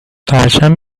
پرچم